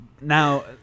now